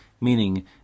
meaning